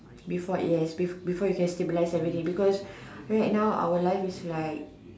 before yes be before you can stabilize everything because right now our life is like